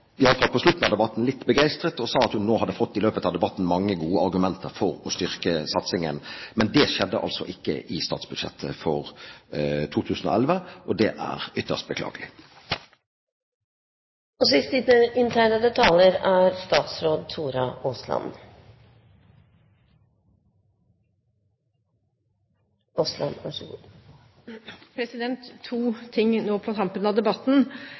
på slutten av debatten – litt begeistret og sa at hun i løpet av debatten hadde fått mange gode argumenter for å styrke satsingen. Men det skjedde altså ikke i statsbudsjettet for 2011, og det er ytterst beklagelig. To ting nå på tampen av debatten – for det første: Vi er